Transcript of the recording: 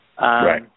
Right